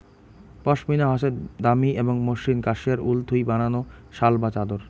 পশমিনা হসে দামি এবং মসৃণ কাশ্মেয়ার উল থুই বানানো শাল বা চাদর